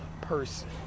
person